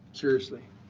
seriously.